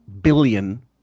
billion